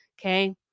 Okay